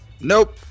Nope